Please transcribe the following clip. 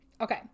Okay